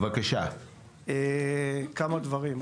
כמה דברים.